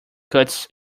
cuts